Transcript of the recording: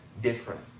different